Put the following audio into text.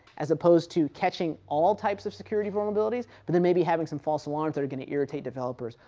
as opposed to catching all types of security vulnerabilities, but then maybe having some false alarms that are going to irritate developers,